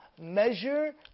Measure